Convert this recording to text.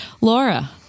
Laura